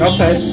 Okay